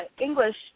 English